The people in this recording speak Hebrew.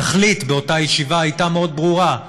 התכלית של אותה ישיבה הייתה מאוד ברורה: